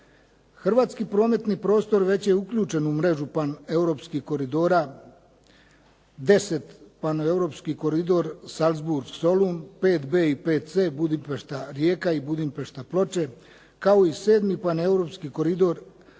Hrvatski prometni prostor već je uključen u mrežu paneuropskih koridora. 10 paneuropski koridor Salzburg-Solun, 5b i 5c Budimpešta-Rijeka i Budimpešta-Ploče, kao i 7. paneuropski koridor